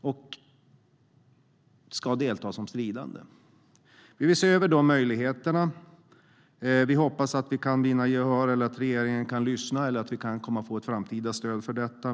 och delta som stridande. Vi vill se över de möjligheterna. Vi hoppas att vi kan vinna gehör, att regeringen kan lyssna eller att vi kan komma att få ett framtida stöd för detta.